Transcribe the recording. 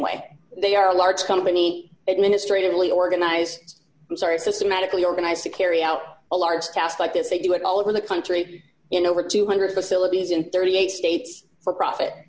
way they are a large company administrative only organized i'm sorry systematically organized to carry out a large task like this they do it all over the country in over two hundred facilities in thirty eight states for profit